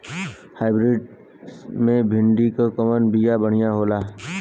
Hybrid मे भिंडी क कवन बिया बढ़ियां होला?